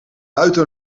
buiten